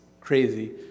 crazy